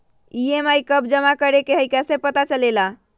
EMI कव जमा करेके हई कैसे पता चलेला?